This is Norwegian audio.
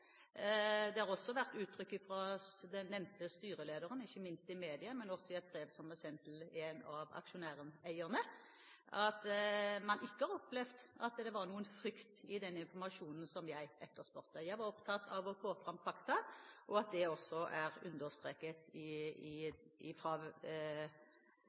Det har også vært uttrykt fra den nevnte styrelederen – ikke minst i media, men også i et brev som er sendt til en av aksjonærene – at man ikke har opplevd at det var noen frykt i forbindelse med den informasjonen som jeg etterspurte. Jeg var opptatt av å få fram fakta, og det er også understreket